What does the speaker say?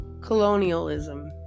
colonialism